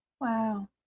Wow